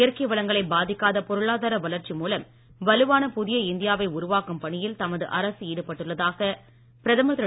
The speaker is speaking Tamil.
இயற்கை வளங்களை பாதிக்காத பொருளாதார வளர்ச்சி மூலம் வலுவான புதிய இந்தியாவை உருவாக்கும் பணியில் தமது அரசு ஈடுபட்டுள்ளதாக பிரதமர் திரு